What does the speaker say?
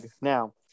Now